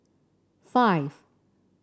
five